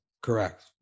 Correct